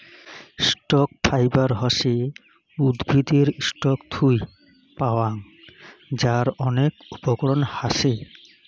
stock fiber হসে উদ্ভিদের stalk থুই পাওয়াং যার অনেক উপকরণ হাছে